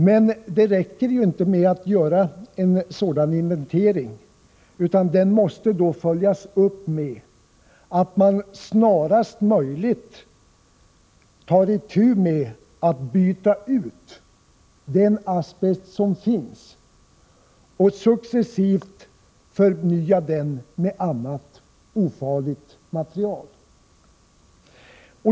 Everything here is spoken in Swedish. Men det räcker inte att göra en sådan inventering, utan den måste följas upp med att man snarast möjligt tar itu med att byta ut den asbest som finns och att man successivt ersätter den med annat, ofarligt material.